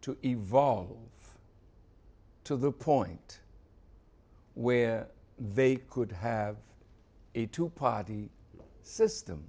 to evolve to the point where they could have a two party system